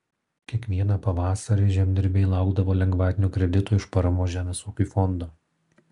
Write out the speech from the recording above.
kiekvieną pavasarį žemdirbiai laukdavo lengvatinių kreditų iš paramos žemės ūkiui fondo